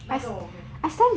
那个我没有看过